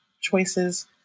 choices